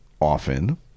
often